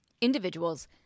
individuals